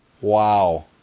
Wow